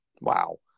Wow